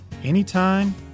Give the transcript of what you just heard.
Anytime